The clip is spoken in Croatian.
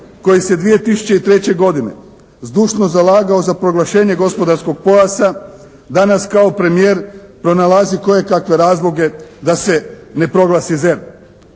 koji se 2003. godine zdušno zalagao za proglašenje gospodarskog pojasa danas kao premijer pronalazi kojekakve razloge da se ne proglasi ZERP.